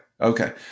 Okay